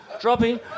dropping